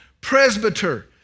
presbyter